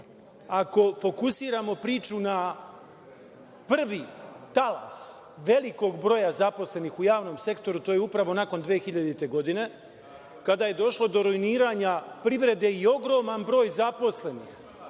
ako fokusiramo priču na prvi talas velikog broja zaposlenih u javnom sektoru, to je upravo nakon 2000. godine, kada je došlo do ruiniranja privrede i ogroman broj zaposlenih